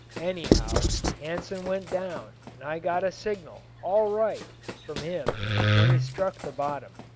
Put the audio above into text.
anyhow, hansen went down, and i got a signal all right from him when he struck the bottom.